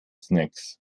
snacks